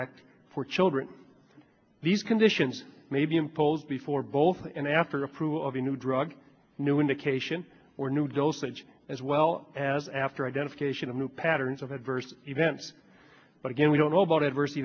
act for children these conditions may be imposed before both and after approval of a new drug new indication or new dosage as well as after identification of new patterns of adverse events but again we don't know about adverse